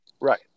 Right